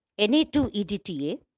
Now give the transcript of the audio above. Na2-EDTA